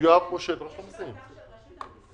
יואב משה מרשות המיסים.